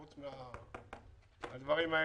חוץ מהדברים האלה.